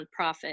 nonprofit